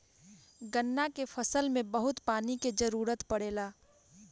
गन्ना के फसल में बहुत पानी के जरूरत पड़ेला